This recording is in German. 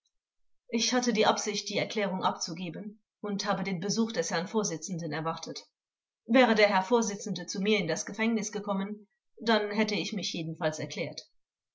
ich hatte die absicht die erklärung abzugeben geben und habe den besuch des herrn vorsitzenden erwartet wäre der herr vorsitzende zu mir in das gefängnis gekommen dann hätte ich mich jedenfalls erklärt